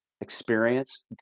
experience